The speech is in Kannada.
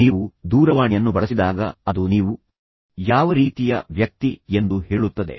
ನೀವು ದೂರವಾಣಿಯನ್ನು ಬಳಸಿದಾಗ ಅದು ನೀವು ಯಾವ ರೀತಿಯ ವ್ಯಕ್ತಿ ಎಂದು ಹೇಳುತ್ತದೆ